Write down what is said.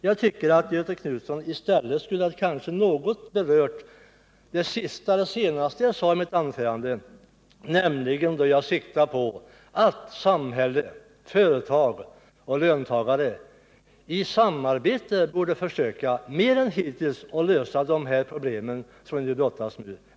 Jag tycker att Göthe Knutson i stället något skulle ha berört det sista som jag sade i mitt anförande, nämligen att samhälle, företag och löntagare i samarbete borde försöka att mer än hittills lösa de problem som vi brottas med.